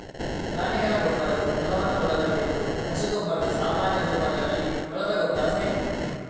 ಪ್ರಾಣಿಗಳ ಗೊಬ್ಬರವು ಮಲವನ್ನು ಒಳಗೊಂಡಿದ್ದು ಪಶು ಗೊಬ್ಬರದ ಸಾಮಾನ್ಯ ರೂಪಗಳಲ್ಲಿ ಹೊಲದ ಗೊಬ್ಬರ ಸೇರಿದೆ